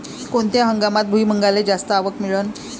कोनत्या हंगामात भुईमुंगाले जास्त आवक मिळन?